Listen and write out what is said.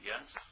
yes